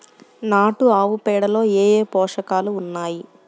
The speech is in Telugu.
నాటు ఆవుపేడలో ఏ ఏ పోషకాలు ఉన్నాయి?